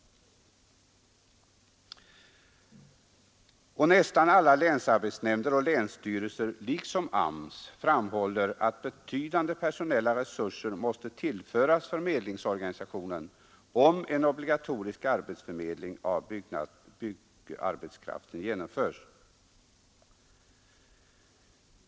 Nästan samtliga länsarbetsnämnder och länsstyrelser liksom AMS framhåller att betydande personella resurser måste tillföras förmedlingsorganisationen, om en obligatorisk arbetsförmedling av byggarbetskraften genomföres.